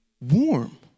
warm